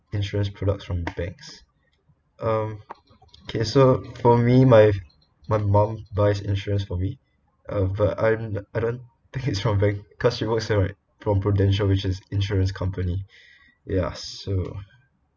insurance products from banks um okay so for me my my mum buys insurance for me uh but I I don't think it's from bank because it was like from prudential which is insurance company ya so